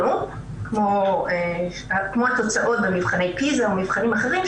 כמו התוצאות במבחני פיז"ה או במבחנים אחרים,